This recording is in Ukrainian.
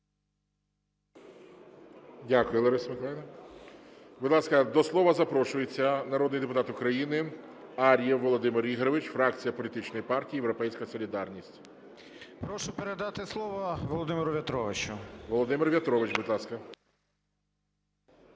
Дякую, Лариса Миколаївна. Будь ласка, до слова запрошується народний депутат України Ар'єв Володимир Ігорович, фракція політичної партії "Європейська солідарність". 13:04:36 АР’ЄВ В.І. Прошу передати слово Володимиру В'ятровичу. ГОЛОВУЮЧИЙ. Володимир В'ятрович, будь ласка,